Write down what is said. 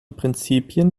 prinzipien